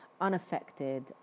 unaffected